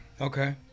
Okay